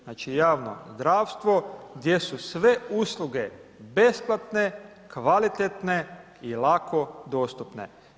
Znači javno zdravstvo gdje su sve usluge besplatne, kvalitetne i lako dostupne.